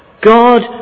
God